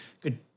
Good